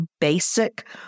basic